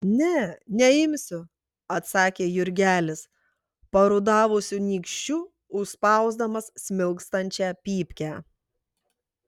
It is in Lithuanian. ne neimsiu atsakė jurgelis parudavusiu nykščiu užspausdamas smilkstančią pypkę